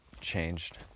changed